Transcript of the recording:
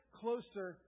closer